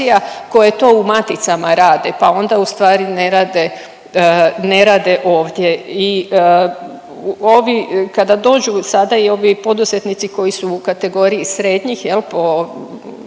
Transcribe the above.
koje to u maticama rade, pa onda ustvari ne rade ovdje. I ovi kada dođu sada i ovi poduzetnici koji su u kategoriji srednjih jel po